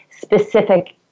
specific